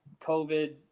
COVID